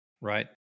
Right